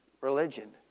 religion